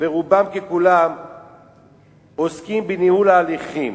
ורובן ככולן עוסקות בניהול ההליכים.